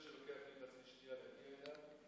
כולם הולכים בסוף לעמותות ולגורמים שלא באמת יודעים לטפל בהם.